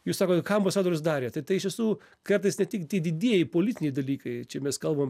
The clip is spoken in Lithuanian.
jūs sakot ką ambasadorius darė tai iš tiesų kartais ne tik tie didieji politiniai dalykai čia mes kalbam